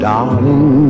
Darling